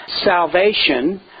salvation